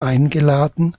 eingeladen